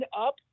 up